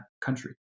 country